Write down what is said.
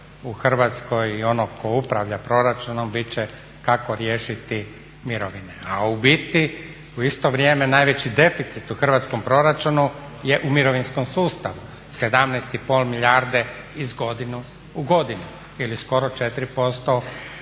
u Hrvatskoj i onog tko upravlja proračunom bit će kako riješiti mirovine, a u biti u isto vrijeme najveći deficit u hrvatskom proračunu je u mirovinskom sustavu 17,5 milijardi iz godinu u godinu ili skoro 4%